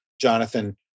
Jonathan